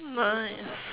nice